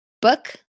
book